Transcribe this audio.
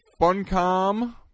Funcom